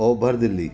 ओभर दिल्ली